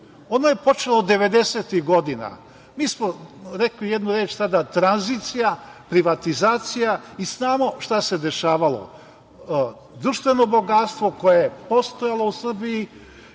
Ono je počelo 90-tih godina. Mi smo rekli jednu reč tada – tranzicija, privatizacija i znamo šta se dešavalo. Društveno bogatstvo koje je postojalo u Srbiji